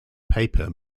paper